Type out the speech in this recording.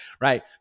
right